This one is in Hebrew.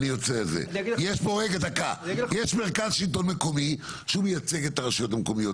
יש מרכז שלטון מקומי שהוא מייצג את הרשויות המקומיות,